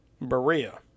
Berea